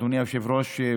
אדוני היושב-ראש,